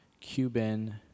Cuban